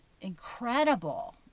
incredible